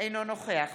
אינו נוכח